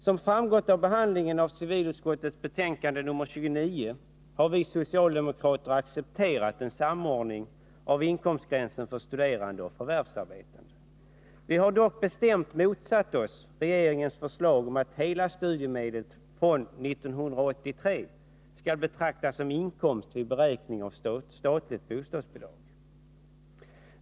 Som framgått av behandlingen av civilutskottets betänkande nr 29 har vi socialdemokrater accepterat en samordning av inkomstgränsen för studerande och förvärvsarbetande. Vi har dock bestämt motsatt oss regeringens förslag om att studiemedel fr.o.m. 1983 i sin helhet skall betraktas som inkomst vid beräkning av statligt bostadsbidrag.